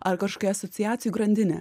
ar kažkokią asociacijų grandinę